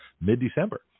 mid-December